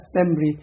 assembly